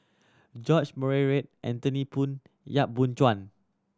George Murray Reith Anthony Poon Yap Boon Chuan